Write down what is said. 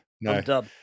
no